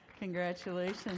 Congratulations